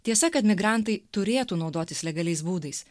tiesa kad migrantai turėtų naudotis legaliais būdais